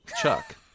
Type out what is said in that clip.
Chuck